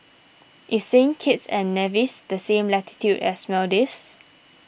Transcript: is Saint Kitts and Nevis the same latitude as Maldives